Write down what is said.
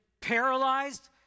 paralyzed